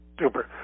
Super